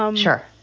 um sure.